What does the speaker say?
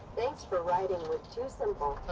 thanks for riding with tusimple.